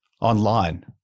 online